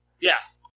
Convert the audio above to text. Yes